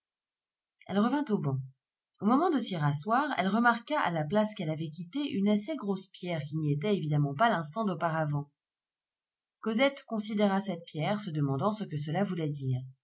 elle revint au banc au moment de s'y rasseoir elle remarqua à la place qu'elle avait quittée une assez grosse pierre qui n'y était évidemment pas l'instant d'auparavant cosette considéra cette pierre se demandant ce que cela voulait dire